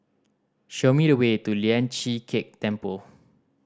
show me the way to Lian Chee Kek Temple